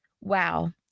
Wow